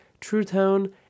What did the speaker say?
TrueTone